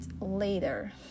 later